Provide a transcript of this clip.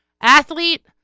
athlete